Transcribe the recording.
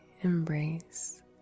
embrace